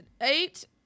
Eight